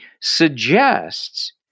suggests